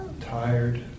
Tired